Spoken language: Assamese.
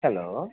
হেল্ল'